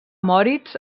moritz